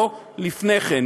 לא לפני כן.